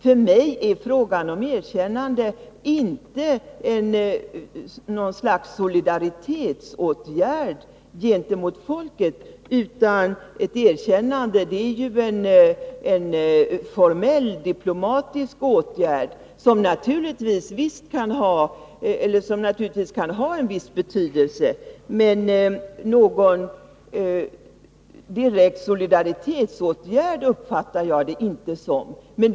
För mig är frågan om erkännande inte något slags solidaritetsåtgärd gentemot folket, utan ett erkännande är ju en formell diplomatisk åtgärd, som naturligtvis kan ha en viss betydelse. Men som någon direkt solidaritetsåtgärd uppfattar jag det inte.